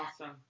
Awesome